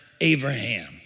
Abraham